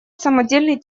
самодельный